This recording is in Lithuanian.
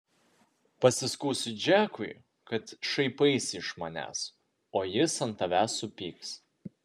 pasiskųsiu džekui kad šaipaisi iš manęs o jis ant tavęs supyks